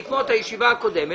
בעקבות הישיבה הקודמת,